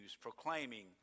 proclaiming